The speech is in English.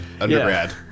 Undergrad